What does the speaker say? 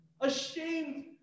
Ashamed